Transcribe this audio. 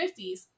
50s